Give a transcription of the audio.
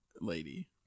lady